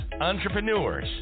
entrepreneurs